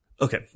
Okay